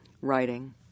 writing